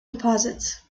deposits